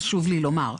חשוב לי לומר.